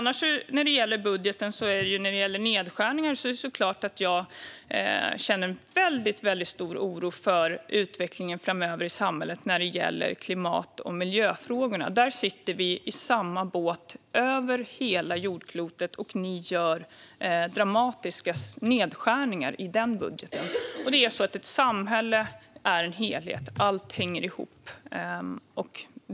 När det gäller nedskärningar i budgeten är det klart att jag känner en mycket stor oro för utvecklingen framöver i samhället i fråga om klimat och miljöfrågorna. Där sitter vi i samma båt över hela jordklotet, och ni gör dramatiska nedskärningar i den budgeten. Ett samhälle är en helhet, och allt hänger ihop.